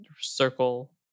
circle